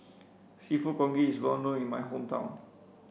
seafood congee is well known in my hometown